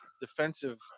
defensive